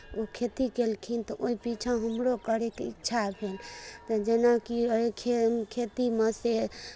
ओ खेती कयलखिन तऽ ओहि पीछाँ हमरो करैके इच्छा भेल जेनाकि एखन खेतीमे से